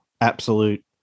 absolute